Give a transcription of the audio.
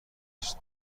است